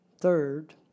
Third